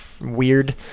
weird